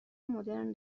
مدرن